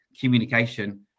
communication